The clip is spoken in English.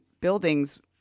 buildings